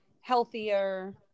healthier